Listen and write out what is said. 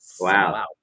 Wow